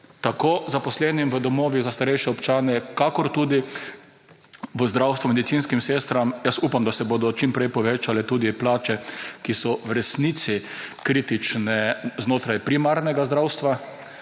tako zaposlenim v domovih za starejše občane kakor tudi v zdravstvu medicinskim sestram, jaz upam, da se bodo čim prej povečale tudi plače, ki so v resnico kritične znotraj primarnega zdravstva,